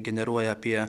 generuoja apie